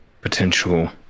potential